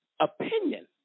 opinion